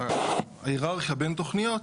ההיררכיה בין תוכניות,